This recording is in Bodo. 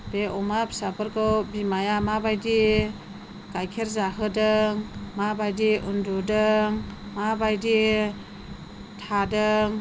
बे अमा फिसाफोरखौ बिमाया माबायदि गाइखेर जाहोदों माबायदि उन्दुदों माबायदि थादों